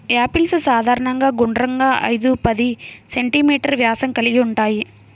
apples సాధారణంగా గుండ్రంగా, ఐదు పది సెం.మీ వ్యాసం కలిగి ఉంటాయి